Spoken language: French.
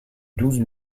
douze